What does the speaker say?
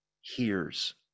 hears